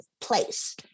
place